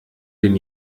den